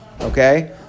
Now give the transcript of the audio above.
Okay